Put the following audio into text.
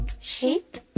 sheep